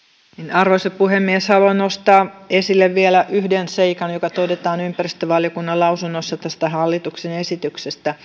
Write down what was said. arvoisa puhemies haluan nostaa esille vielä yhden seikan joka todetaan ympäristövaliokunnan lausunnossa tästä hallituksen esityksestä